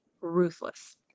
ruthless